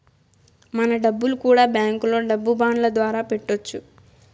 మన డబ్బులు కూడా బ్యాంకులో డబ్బు బాండ్ల ద్వారా పెట్టొచ్చు